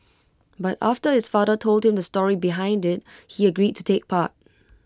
but after his father told him the story behind IT he agreed to take part